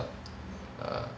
err